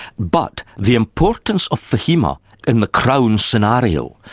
but the importance of fahima in the crown scenario,